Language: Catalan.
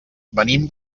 venim